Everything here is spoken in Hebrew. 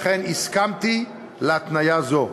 לכן הסכמתי להתניה זו.